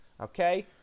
okay